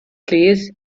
plîs